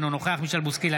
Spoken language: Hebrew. אינו נוכח מישל בוסקילה,